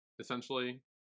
Essentially